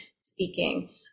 speaking